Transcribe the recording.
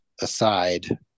aside